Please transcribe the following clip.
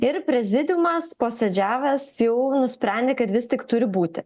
ir prezidiumas posėdžiavęs jau nusprendė kad vis tik turi būti